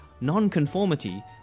non-conformity